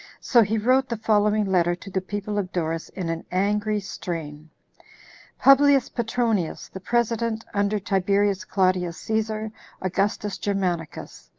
so he wrote the following letter to the people of doris in an angry strain publius petronius, the president under tiberius claudius caesar augustus germanicus,